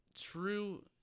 true